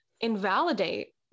invalidate